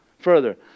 further